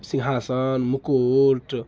सिंघासन मुकुट